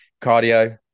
cardio